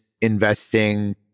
investing